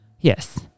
Yes